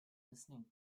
listening